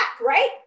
right